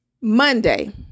Monday